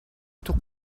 توی